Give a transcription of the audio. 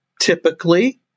typically